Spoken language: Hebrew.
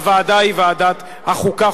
הוועדה היא ועדת החוקה,